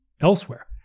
Elsewhere